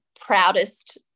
proudest